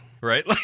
right